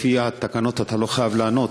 לפי התקנון אתה לא חייב לענות,